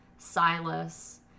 Silas